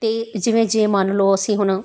ਅਤੇ ਜਿਵੇਂ ਜੇ ਮੰਨ ਲਓ ਅਸੀਂ ਹੁਣ